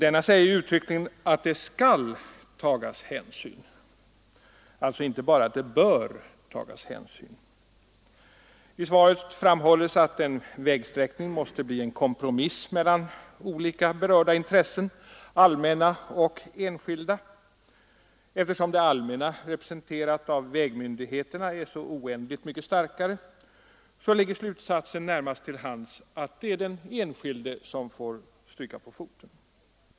Denna säger uttryckligen att det skall tagas hänsyn, alltså inte bara att det bör tagas hänsyn. I svaret framhålles att en ”vägsträckning måste bli en kompromiss mellan olika berörda intressen — allmänna och enskilda”. Eftersom det allmänna, representerat av vägmyndigheterna, är så oändligt mycket starkare ligger den slutsatsen närmast till hands att det är den enskilde som får stryka på foten.